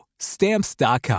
Stamps.com